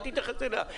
אל תתייחס אליה.